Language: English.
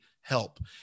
help